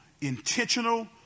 intentional